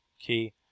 key